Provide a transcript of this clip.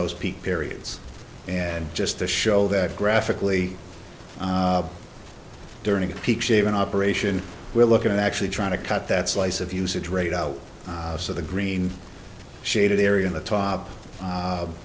those peak periods and just to show that graphically during a peak shaving operation we're looking at actually trying to cut that slice of usage rate out so the green shaded area on the top